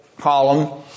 column